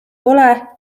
pole